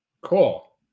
Cool